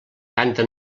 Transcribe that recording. canta